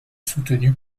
soutenue